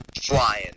flying